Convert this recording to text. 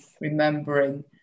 remembering